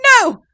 no